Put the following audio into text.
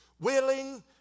Willing